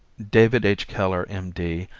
david h. keller, m. d,